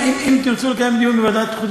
אם תרצו לקיים דיון בוועדת החוץ